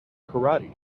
karate